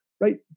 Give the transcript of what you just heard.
right